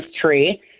tree